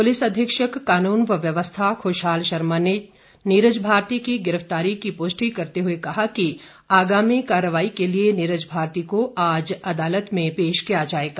police अधीक्षक कानून व व्यवस्था खुशहाल शर्मा नीरज भारती की गिरफ्तारी की पुष्टि करते हुए कहा कि आगामी कार्रवाई के लिए नीरज भारती को आज अदालत में पेश किया जाएगा